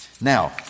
Now